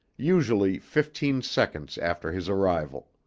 usually fifteen seconds after his arrival.